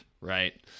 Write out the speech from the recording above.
right